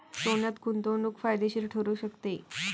सोन्यात गुंतवणूक फायदेशीर ठरू शकते